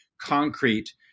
concrete